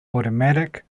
automatic